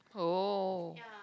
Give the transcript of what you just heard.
oh